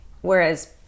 Whereas